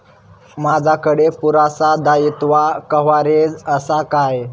माजाकडे पुरासा दाईत्वा कव्हारेज असा काय?